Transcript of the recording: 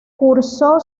cursó